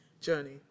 journey